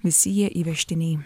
visi jie įvežtiniai